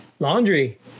Laundry